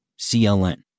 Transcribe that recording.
CLN